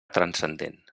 transcendent